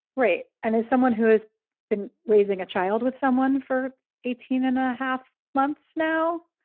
right. and as someone who has been raising a child with someone for eighteen and a half months now,